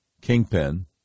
kingpin